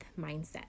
mindset